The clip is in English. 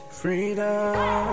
freedom